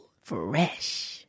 Fresh